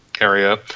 area